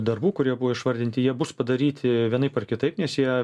darbų kurie buvo išvardinti jie bus padaryti vienaip ar kitaip nes jie